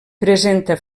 presenta